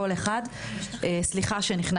אני רוצה לברך